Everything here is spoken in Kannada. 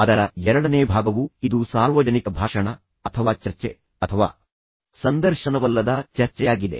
ಅದರ ಎರಡನೇ ಭಾಗವು ಇದು ಸಾರ್ವಜನಿಕ ಭಾಷಣ ಅಥವಾ ಚರ್ಚೆ ಅಥವಾ ಸಂದರ್ಶನವಲ್ಲದ ಚರ್ಚೆಯಾಗಿದೆ